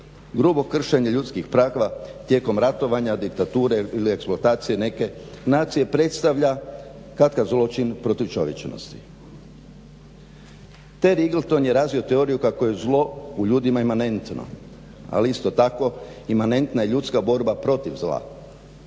grubo kršenje ljudskih prava tijekom ratovanja, diktature ili eksploatacije neke nacije predstavlja kad kad zločin protiv čovječnosti. Ted Rigelnton je razvio teoriju kako je zlo u ljudima imanentno, ali isto tako imanentna je ljudska borba protiv zla.